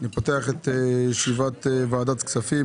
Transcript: אני פותח את ישיבת ועדת הכספים,